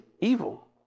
evil